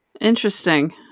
Interesting